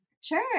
Sure